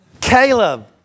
Caleb